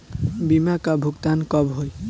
बीमा का भुगतान कब होइ?